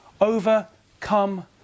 overcome